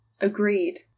agreed